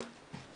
שלום.